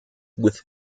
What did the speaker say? with